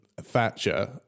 Thatcher